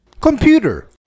Computer